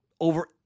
over